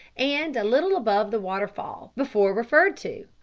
and a little above the waterfall before referred to.